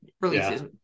releases